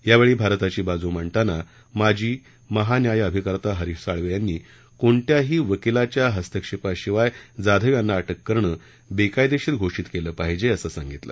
यावेळी भारताची बाजू मांडताना माजी महान्यायअभिकर्ता हरीश साळवे यांनी कोणत्याही वकीलाच्या हस्तक्षेपाशिवाय जाधव यांना अटक करणं बेकायदेशीर घोषित केलं पाहिजे असं सांगितलं